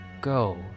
go